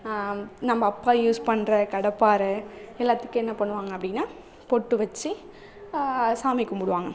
நம்ம அப்பா யூஸ் பண்ணுற கடப்பாறை எல்லாத்துக்கும் என்ன பண்ணுவாங்க அப்படின்னா பொட்டு வச்சு சாமி கும்பிடுவாங்க